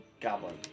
Goblin